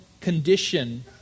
condition